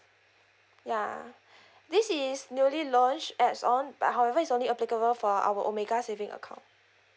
ya this is newly launched add-ons but however is only applicable for our omega saving account